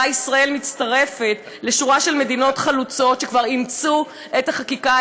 שבה ישראל מצטרפת לשורה של מדינות חלוצות שכבר אימצו את החקיקה,